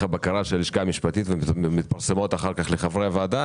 הבקרה של הלשכה המשפטית ומתפרסמות אחר כך לחברי הוועדה,